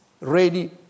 ready